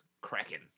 cracking